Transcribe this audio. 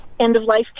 end-of-life